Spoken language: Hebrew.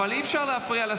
אבל אני מבקש לא להפריע.